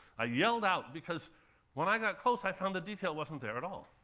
i yelled out because when i got closer, i found the detail wasn't there at all.